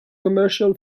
commercial